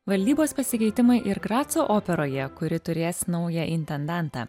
valdybos pasikeitimai ir graco operoje kuri turės naują intendantą